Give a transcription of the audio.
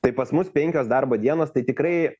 tai pas mus penkios darbo dienos tai tikrai